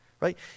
Right